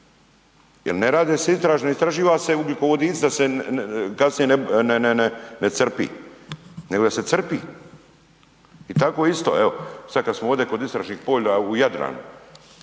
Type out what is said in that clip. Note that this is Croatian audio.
jer ne rade se, ne istraživa se ugljikovodici da se kasnije ne crpi, nego da se crpi. I tako isto evo, sad kad smo ovdje kod istražnih polja u Jadranu.